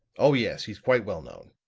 oh, yes. he's quite well known.